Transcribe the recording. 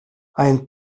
ein